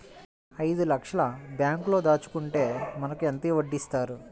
ఐదు లక్షల బ్యాంక్లో దాచుకుంటే మనకు ఎంత వడ్డీ ఇస్తారు?